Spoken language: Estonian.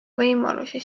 võimalusi